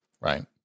right